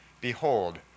Behold